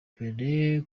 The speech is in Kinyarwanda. mbere